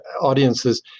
audiences